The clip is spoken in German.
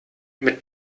mit